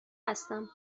هستم